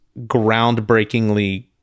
groundbreakingly